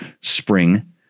spring